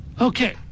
Okay